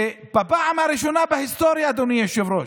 שבפעם הראשונה בהיסטוריה, אדוני היושב-ראש,